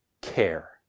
care